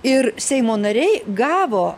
ir seimo nariai gavo